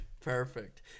Perfect